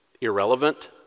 irrelevant